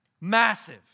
massive